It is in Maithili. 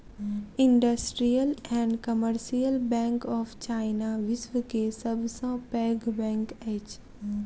industrial and commercial bank of China, विश्व के सब सॅ पैघ बैंक अछि